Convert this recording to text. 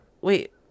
Wait